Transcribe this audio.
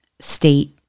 state